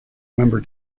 member